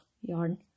yarn